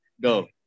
Go